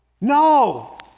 No